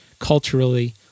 Culturally